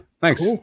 thanks